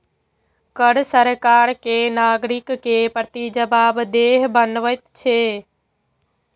कर सरकार कें नागरिक के प्रति जवाबदेह बनबैत छै